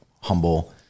humble